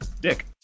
Dick